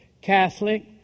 Catholic